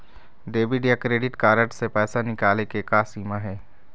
Debit या credit card से पैसा निकाले के का सीमा हे?